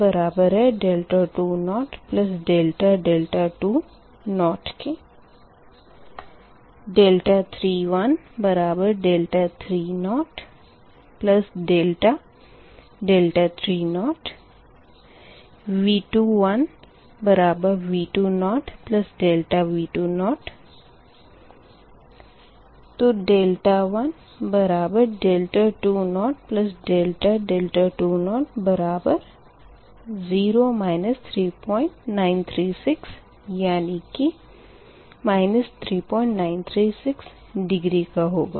2 2∆2 33∆3 V2 V2∆V2 तो 2that 2∆2 बराबर 0 3936 यानी कि 3936 डिग्री का होगा